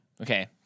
Okay